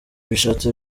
bishatse